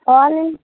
online